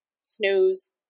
snooze